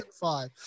five